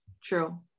true